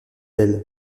elle